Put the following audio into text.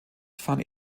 fahren